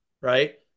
right